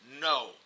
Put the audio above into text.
No